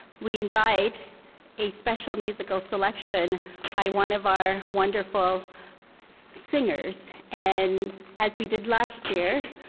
we invite a special musical selection by one of our wonderful singers. and as we did last year,